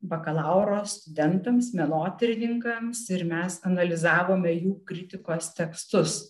bakalauro studentams menotyrininkams ir mes analizavome jų kritikos tekstus